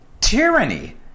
tyranny